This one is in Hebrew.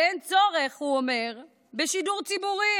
אין צורך, הוא אומר, בשידור ציבורי.